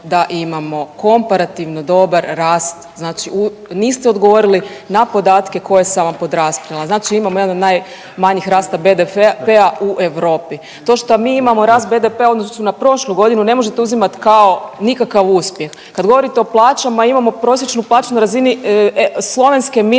da imamo komparativno dobar rast znači u, niste odgovorili na podatke koje sam vam podastrijela, znači imamo jedan od najmanjih rasta BDP-a u Europi. To što mi imamo rast BDP-a u odnosu na prošlu godinu ne možete uzimati kao nikakav uspjeh. Kad govorite o plaćama imamo prosječnu plaću na razini slovenske minimalne